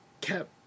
kept